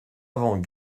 avant